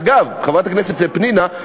אגב, חברת הכנסת פנינה,